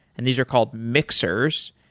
and these are called mixers.